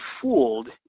fooled